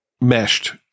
meshed